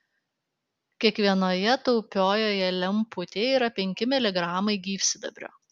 kiekvienoje taupiojoje lemputėje yra penki miligramai gyvsidabrio